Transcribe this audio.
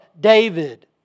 David